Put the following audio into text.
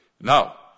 Now